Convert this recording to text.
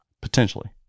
Potentially